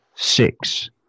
six